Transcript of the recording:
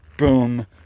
Boom